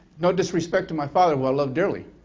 no disrespect to my father who i love dearly